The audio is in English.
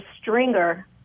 stringer